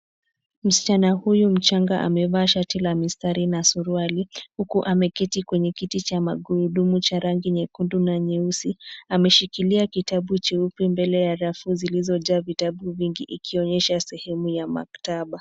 Msichana huyu mchanga amevaa shati la mistari na suruali huku ameketi kwenye kiti cha magurudumu cha rangi nyekundu na nyeusi, ameshikilia kitabu cheupe mbele ya rafu zilizojaa vitabu vingi ikionyesha sehemu ya maktaba.